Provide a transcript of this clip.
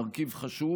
מרכיב חשוב,